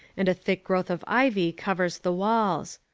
and a thick growth of ivy covers the walls.